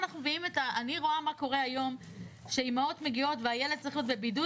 אני רואה מה קורה היום כשהילד צריך להיות בבידוד,